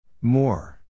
more